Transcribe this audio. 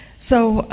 so,